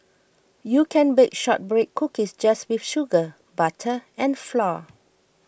you can bake Shortbread Cookies just with sugar butter and flour